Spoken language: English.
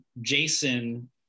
jason